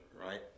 right